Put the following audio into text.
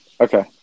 Okay